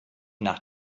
nach